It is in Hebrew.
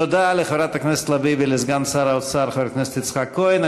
תודה לחברת הכנסת לביא ולסגן שר האוצר חבר הכנסת יצחק כהן.